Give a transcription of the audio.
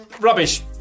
rubbish